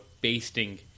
basting